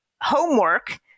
homework